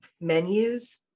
menus